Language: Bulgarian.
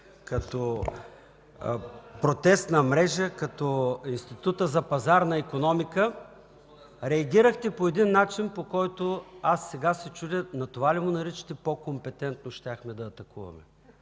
като „Протестна мрежа”, като Института за пазарна икономика реагирахте по начин, по който аз сега се чудя, това ли наричате „по-компетентно щяхме да атакуваме”.